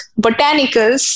botanicals